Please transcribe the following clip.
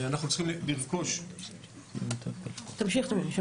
אנחנו צריכים לרכוש חפ"ק נציב,